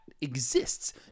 exists